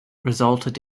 resulted